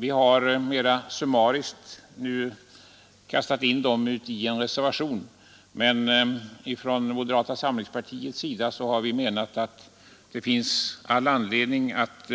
Vi har mera summariskt kastat in dem i en reservation, men från moderata samlingspartiets sida har vi menat att det finns all anledning att